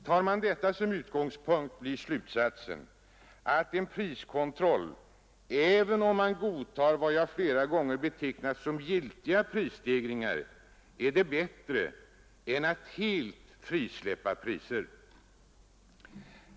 Tar man detta som utgångspunkt, blir slutsatsen att en priskontroll, även om man godtar vad jag flera gånger betecknat som giltiga prisstegringar, är bättre än ett fullständigt frisläppande av prisstegringarna.